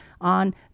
on